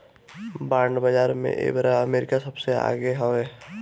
bond बाजार में एबेरा अमेरिका सबसे आगे हवे